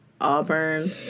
Auburn